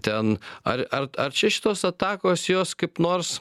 ten ar ar ar čia šitos atakos jos kaip nors